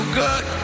good